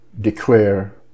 declare